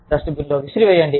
డస్ట్బిన్లోకి విసిరేయండి